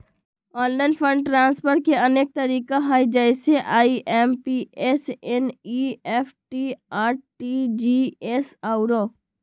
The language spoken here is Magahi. ऑनलाइन फंड ट्रांसफर के अनेक तरिका हइ जइसे आइ.एम.पी.एस, एन.ई.एफ.टी, आर.टी.जी.एस आउरो